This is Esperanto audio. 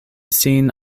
sin